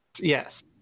Yes